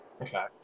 Okay